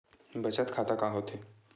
बचत खाता का होथे?